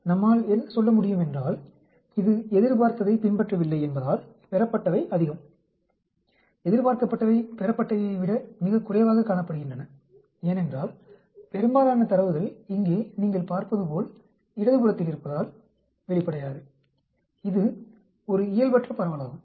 எனவே நம்மால் என்ன சொல்ல முடியும் என்றால் இது எதிர்பார்த்ததைப் பின்பற்றவில்லை என்பதால் பெறப்பட்டவை அதிகம் எதிர்பார்க்கப்பட்டவை பெறப்பட்டவையை விட மிகக் குறைவாகக் காணப்படுகின்றன ஏனென்றால் பெரும்பாலான தரவுகள் இங்கே நீங்கள் பார்ப்பது போல் இடது புறத்தில் இருப்பதால் வெளிப்படையாக இது ஒரு இயல்பற்ற பரவலாகும்